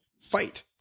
fight